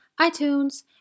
iTunes